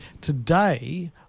today